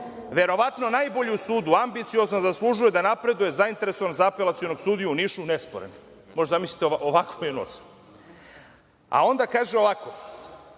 verovatno najbolji u sudu, ambiciozan, zaslužuje da napreduje, zainteresovan za apelacionog sudiju u Nišu, nesporan je. Možete da zamislite ovakvu jednu ocenu. Onda kaže ovako